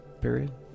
period